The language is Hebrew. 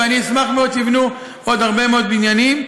ואני אשמח מאוד שייבנו עוד הרבה מאוד בניינים.